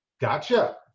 Gotcha